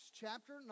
chapter